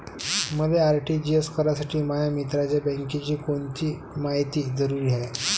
मले आर.टी.जी.एस करासाठी माया मित्राच्या बँकेची कोनची मायती जरुरी हाय?